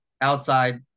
Outside